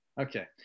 Okay